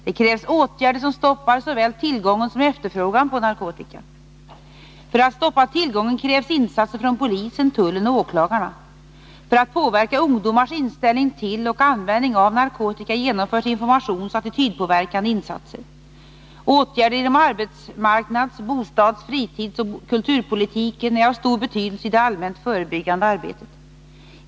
Det krävs åtgärder som stoppar såväl tillgången som efterfrågan på narkotika. För att stoppa tillgången krävs insatser från polisen, tullen och åklagarna. För att påverka ungdomars inställning till och användning av narkotika genomförs informationsoch attitydpåverkande insatser. Åtgärder inom arbetsmarknads-, bostads-, fritidsoch kulturpolitiken är av stor betydelse i det allmänt förebyggande arbetet.